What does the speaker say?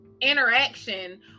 interaction